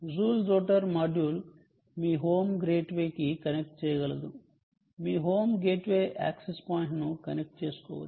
joule జోటర్ module మీ home gateway కి కనెక్ట్ చేయగలదు మీ హోమ్ గేట్వే యాక్సెస్ పాయింట్ను కనెక్ట్ చేయవచ్చు